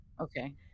Okay